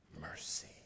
mercy